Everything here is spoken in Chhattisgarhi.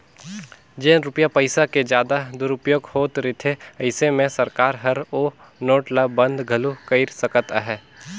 जेन रूपिया पइसा के जादा दुरूपयोग होत रिथे अइसे में सरकार हर ओ नोट ल बंद घलो कइर सकत अहे